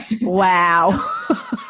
Wow